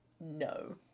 No